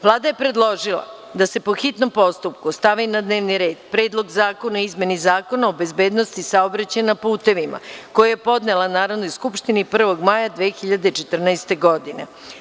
Vlada je predložila da se, po hitnom postupku, stavi na dnevni red Predlog zakona o izmeni Zakona o bezbednosti saobraćaja na putevima, koji je podnela Narodnoj skupštini 1. maja 2014. godine.